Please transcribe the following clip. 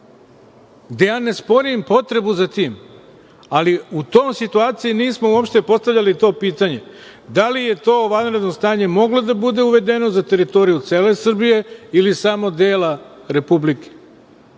gde ja ne sporim potrebu za tim, ali u toj situaciji nismo uopšte postavljali to pitanje. Da li je to vanredno stanje moglo da bude uvedeno za teritoriju cele Srbije ili samo dela Republike?